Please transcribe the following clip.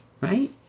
Right